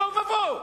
תוהו ובוהו.